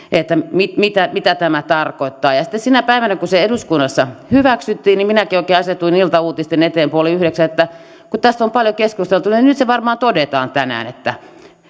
mitä mitä tämä tarkoittaa sitten sinä päivänä kun se eduskunnassa hyväksyttiin minäkin oikein asetuin iltauutisten eteen puoli yhdeksän että kun tästä on paljon keskusteltu niin nyt se varmaan todetaan tänään että